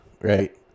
right